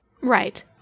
Right